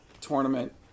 tournament